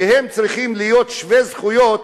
שהם צריכים להיות שווי זכויות,